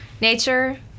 nature